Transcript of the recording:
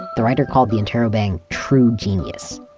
the writer called the interrobang, true genius.